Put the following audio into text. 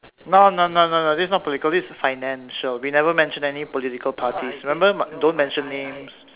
no no no no no this is not political this is financial we never mention any political parties remember don't mention names